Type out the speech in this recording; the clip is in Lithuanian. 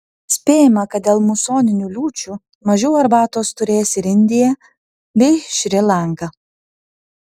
spėjama kad dėl musoninių liūčių mažiau arbatos turės ir indija bei šri lanka